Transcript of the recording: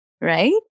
right